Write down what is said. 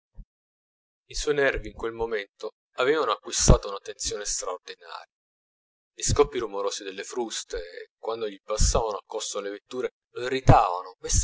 i suoi nervi in quel momento avevano acquistata una tensione straordinaria gli scoppi rumorosi delle fruste quando gli passavano accosto le vetture